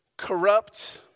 corrupt